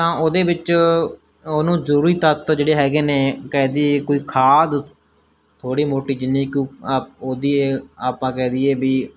ਤਾਂ ਉਹਦੇ ਵਿੱਚ ਉਹਨੂੰ ਜ਼ਰੂਰੀ ਤੱਤ ਜਿਹੜੇ ਹੈਗੇ ਨੇ ਕਹਿ ਦਈਏ ਕੋਈ ਖਾਦ ਥੋੜ੍ਹੀ ਮੋਟੀ ਜਿੰਨੀ ਕੁ ਆਪ ਉਹਦੀ ਆਪਾਂ ਕਹਿ ਦਈਏ ਵੀ